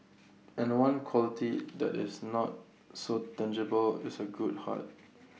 and one quality that is not so tangible is A good heart